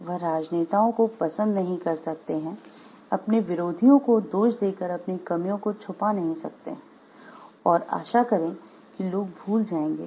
वह राजनेताओं को पसंद नहीं कर सकता है अपने विरोधियों को दोष देकर अपनी कमियों को छुपा नहीं सकता है और आशा करे कि लोग भूल जाएंगे